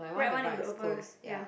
right one is open ya